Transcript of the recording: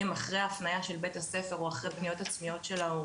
אחרי הפניה של בית הספר או אחרי פניות של ההורים,